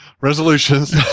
Resolutions